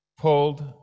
pulled